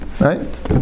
right